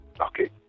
okay